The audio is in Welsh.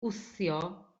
wthio